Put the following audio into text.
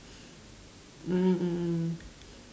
mm mm mm mm